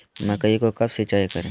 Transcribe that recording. मकई को कब सिंचाई करे?